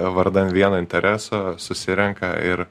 vardan vieno intereso susirenka ir